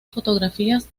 fotografías